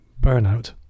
burnout